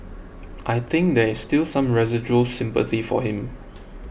I think there is still some residual sympathy for him